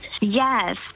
Yes